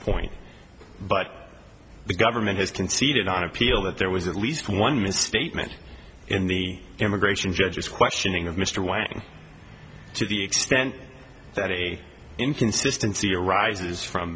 point but the government has conceded on appeal that there was at least one misstatement in the immigration judges questioning of mr whiting to the extent that a inconsistency arises from